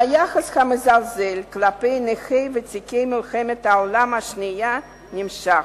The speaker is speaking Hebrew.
היחס המזלזל כלפי נכי מלחמת העולם השנייה וותיקי המלחמה נמשך.